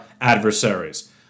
adversaries